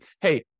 hey